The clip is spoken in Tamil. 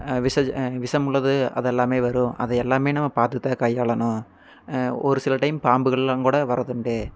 விஷ விஷமுள்ளது அதெல்லாமே வரும் அதை எல்லாமே நாங்கள் பார்த்துதான் கையாளணும் ஒரு சில டைம் பாம்புகள்லாங்கூட வரதுண்டு